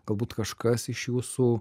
galbūt kažkas iš jūsų